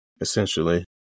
essentially